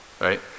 right